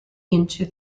into